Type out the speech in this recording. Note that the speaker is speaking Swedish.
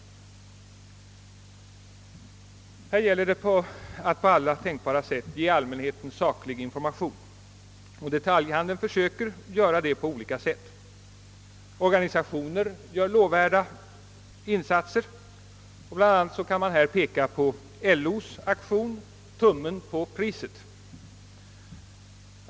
Här gäller det att på alla tänkbara sätt ge allmänheten saklig information, och detaljhandeln försöker göra detta på olika sätt. Organisationer gör lovvärda insatser, och man kan bland annat peka på LO:s aktion »Tummen på priset».